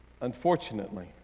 Unfortunately